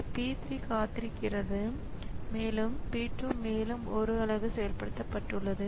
இந்த P 3 காத்திருக்கிறது மேலும் P2 மேலும் 1 நேர அலகுக்கு செயல்படுத்தப்பட்டுள்ளது